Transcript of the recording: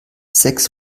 sechs